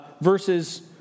verses